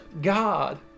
God